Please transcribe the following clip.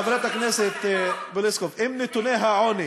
חברת הכנסת פלוסקוב, אם נתוני העוני